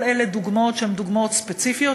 כל אלה דוגמאות ספציפיות,